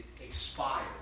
expired